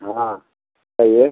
हाँ कहिए